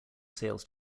sales